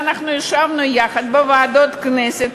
ואנחנו ישבנו יחד בוועדות הכנסת,